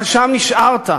אבל שם נשארת,